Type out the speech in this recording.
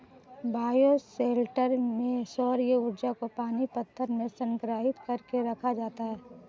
bioshelter में सौर्य ऊर्जा को पानी पत्थर में संग्रहित कर के रखा जाता है